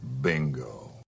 Bingo